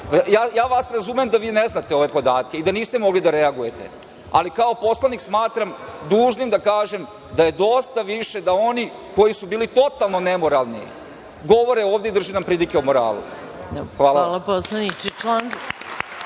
Ja vas razumem da vi ne znate ove podatke i da niste mogli da reagujete, ali kao poslanik smatram se dužnim da kažem da je dosta više da oni koji su bili totalno nemoralni govore ovde i drže nam pridike o moralu. Hvala vam. **Maja